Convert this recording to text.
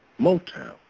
Motown